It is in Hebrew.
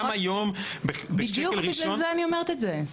בדיוק בגלל זה אני אומרת את זה.